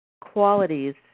qualities